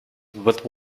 with